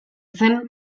zen